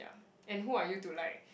and who are you to like